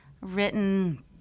written